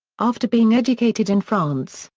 after being educated in france,